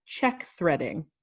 checkthreading